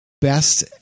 best